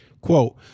Quote